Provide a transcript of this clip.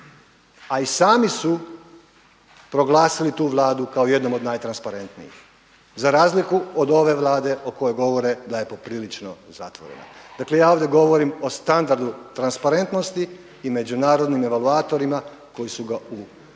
a i sami su proglasili tu vladu kao jednom od najtransperentnijih za razliku od ove Vlade o kojoj govore da je poprilično zatvorena. Dakle, ja ovdje govorim o standardu transparentnosti i međunarodnim evaluatorima koji su ga utvrdili